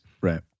Right